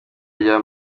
rya